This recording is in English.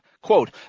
Quote